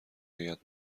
هیات